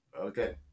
Okay